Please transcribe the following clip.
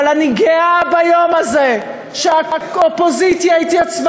אבל אני גאה ביום הזה שהאופוזיציה התייצבה